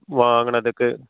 வாங்கினதுக்கு